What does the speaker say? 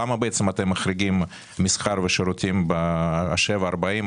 למה בעצם מחריגים מסחר ושירותים בשבעה עד 40 קילומטר.